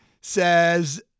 says